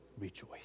Rejoice